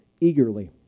eagerly